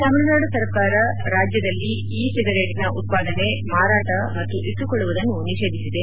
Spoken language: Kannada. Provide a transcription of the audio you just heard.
ತಮಿಳುನಾಡು ಸರ್ಕಾರ ರಾಜ್ಯದಲ್ಲಿ ಇ ಸಿಗರೇಟ್ನ ಉತ್ಪಾದನೆ ಮಾರಾಟ ಮತ್ತು ಇಟ್ಲುಕೊಳ್ಲುವುದನ್ನು ನಿಷೇಧಿಸಿದೆ